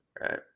right